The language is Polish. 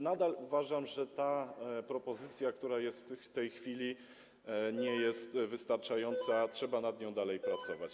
Nadal uważam, że ta propozycja, która jest w tej chwili, nie jest wystarczająca, trzeba nad nią dalej pracować.